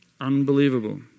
unbelievable